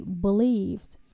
believed